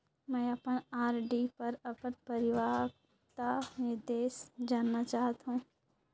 मैं अपन आर.डी पर अपन परिपक्वता निर्देश जानना चाहत हों